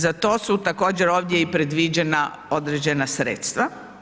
Za to su također, ovdje predviđena i određena sredstva.